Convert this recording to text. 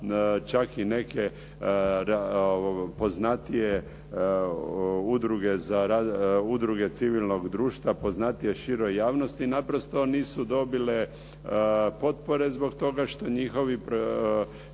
čak i neke poznati je udruge civilnog društva poznatije široj javnosti naprosto nisu dobile potpore zbog toga što njihovi